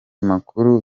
makuru